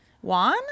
Juan